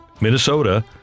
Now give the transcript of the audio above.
Minnesota